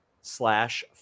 slash